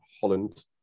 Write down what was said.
Holland